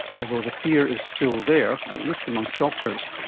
although the fear is still there, at least amongst doctors.